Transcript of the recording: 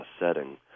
setting